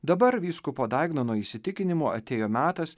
dabar vyskupo daignono įsitikinimu atėjo metas